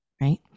right